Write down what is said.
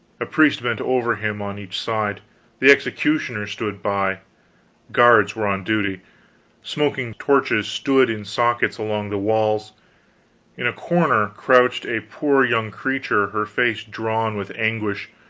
a priest bent over him on each side the executioner stood by guards were on duty smoking torches stood in sockets along the walls in a corner crouched a poor young creature, her face drawn with anguish,